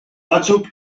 batzuk